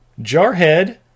Jarhead